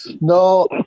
No